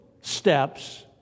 steps